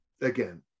again